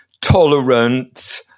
tolerant